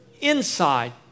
inside